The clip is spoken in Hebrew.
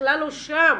--- שבכלל לא שם.